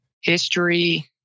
history